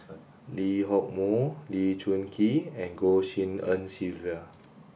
Lee Hock Moh Lee Choon Kee and Goh Tshin En Sylvia